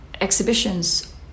exhibitions